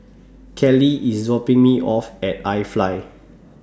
Kallie IS dropping Me off At IFly